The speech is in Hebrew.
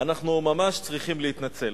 אנחנו ממש צריכים להתנצל,